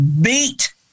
beat